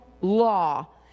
law